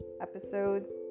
Episodes